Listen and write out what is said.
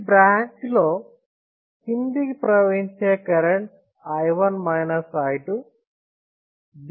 ఈ బ్రాంచ్ లో క్రిందికి ప్రవహించే కరెంటు i 1 i 2